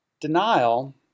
denial